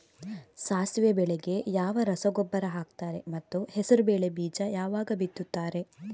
ಸಾಸಿವೆ ಬೆಳೆಗೆ ಯಾವ ರಸಗೊಬ್ಬರ ಹಾಕ್ತಾರೆ ಮತ್ತು ಹೆಸರುಬೇಳೆ ಬೀಜ ಯಾವಾಗ ಬಿತ್ತುತ್ತಾರೆ?